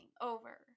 over